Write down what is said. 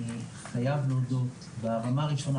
אני חייב להודות שברמה הראשונה,